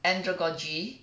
andragogy